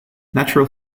natural